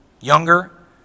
Younger